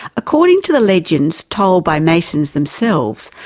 according to the legends told by masons themselves,